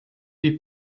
die